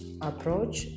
approach